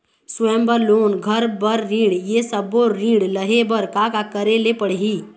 स्वयं बर लोन, घर बर ऋण, ये सब्बो ऋण लहे बर का का करे ले पड़ही?